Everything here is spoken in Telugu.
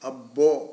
అబ్బో